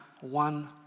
one